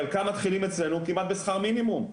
חלקם מתחילים אצלנו כמעט בשכר מינימום.